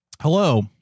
Hello